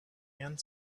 and